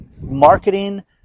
marketing